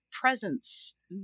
presence